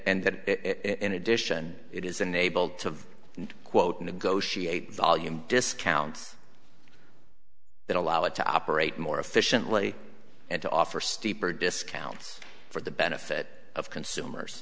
and that it in addition it is unable to quote negotiate volume discounts that allow it to operate more efficiently and to offer steeper discounts for the benefit of consumers